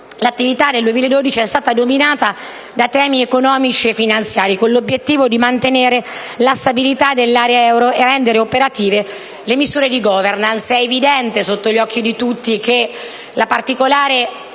L'attività del 2012 è stata dominata dai temi economici e finanziari, con l'obiettivo di mantenere la stabilità dell'area euro e rendere operative le misure di *governance*. È evidente e sotto gli occhi di tutti che il particolare